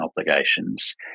obligations